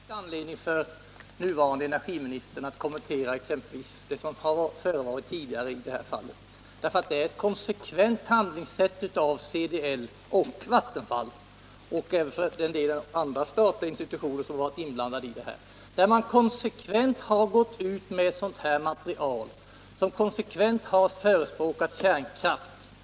Herr talman! Jo, det finns visst underlag för den nuvarande energiministern att kommentera exempelvis vad som har förevarit tidigare i fallet, eftersom det är ett konsekvent handlingssätt av CDL och Vattenfall —-även en del andra statliga institutioner har varit inblandade i det här — där man alltid har gått ut med material som har förespråkat kärnkraft.